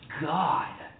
god